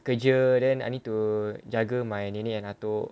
kerja then I need to jaga my nenek and atuk